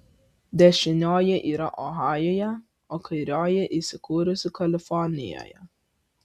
dešinioji yra ohajuje o kairioji įsikūrusi kalifornijoje